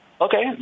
Okay